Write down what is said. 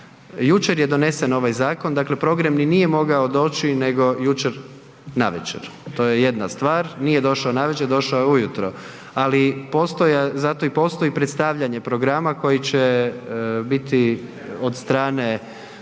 Jučer je donesen ovaj zakon, dakle ni nije mogao doći nego jučer navečer, to je jedna stvar, nije došao navečer, došao je ujutro ali zato i postoji predstavljanje programa koji će biti od strane